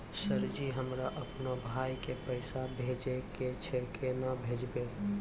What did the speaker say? Sir ji हमरा अपनो भाई के पैसा भेजबे के छै, केना भेजबे?